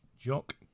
Jock